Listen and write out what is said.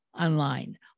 online